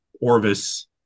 Orvis